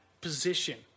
position